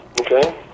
Okay